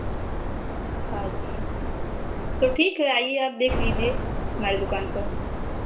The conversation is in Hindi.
तो ठीक है आईए आप देख लीजिए हमारी दुकान पर